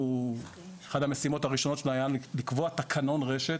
שאחת המשימות הראשונות שלנו הייתה לקבוע תקנון רשת,